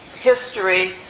history